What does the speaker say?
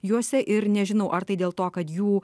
juose ir nežinau ar tai dėl to kad jų